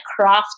craft